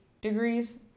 degrees